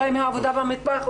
אולי מהעבודה במטבח,